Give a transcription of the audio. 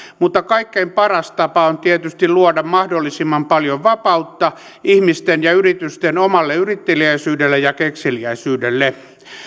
mutta kaikkein paras tapa on tietysti luoda mahdollisimman paljon vapautta ihmisten ja yritysten omalle yritteliäisyydelle ja kekseliäisyydelle